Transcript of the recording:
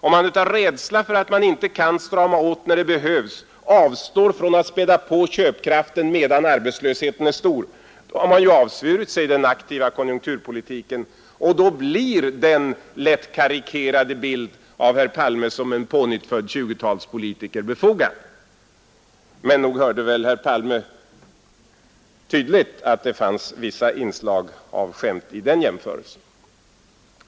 Om man av rädsla för att inte kunna strama åt när det behövs avstår från att späda på köpkraften medan arbetslösheten är stor, då har man ju avsvurit sig den aktiva konjunkturpolitiken, och då blir den lätt karikerade bilden av herr Palme som en pånyttfödd 20-talspolitiker befogad. Men nog hörde väl herr Palme tydligt att det fanns vissa inslag av skämt i den jämförelsen?